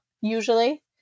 usually